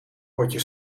potje